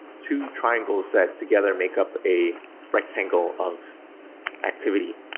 two triangles that together make up a rectangle of activity.